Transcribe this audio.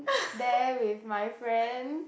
there with my friend